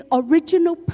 original